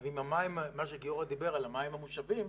אז מה שגיורא דיבר על המים המושבים,